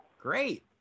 Great